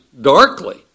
darkly